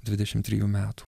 dvidešim trijų metų